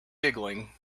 giggling